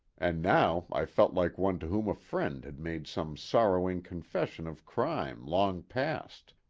and now i felt like one to whom a friend has made some sorrowing confession of crime long past,